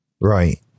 right